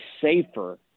safer